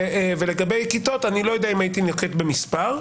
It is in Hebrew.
ולגבי כיתות לא יודע אם הייתי נוקט במספר.